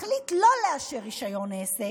מחליט לא לאשר רישיון עסק,